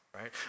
right